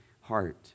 heart